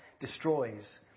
destroys